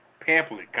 pamphlet